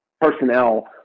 personnel